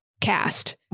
cast